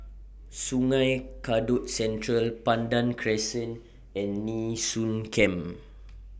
Sungei Kadut Central Pandan Crescent and Nee Soon Camp